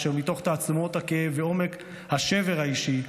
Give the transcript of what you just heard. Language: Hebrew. אשר מתוך תעצומות הכאב ועומק השבר האישי,